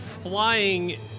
flying